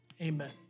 Amen